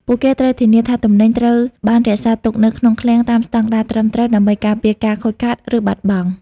ពួកគេត្រូវធានាថាទំនិញត្រូវបានរក្សាទុកនៅក្នុងឃ្លាំងតាមស្តង់ដារត្រឹមត្រូវ ដើម្បីការពារការខូចខាត ឬបាត់បង់។